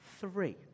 Three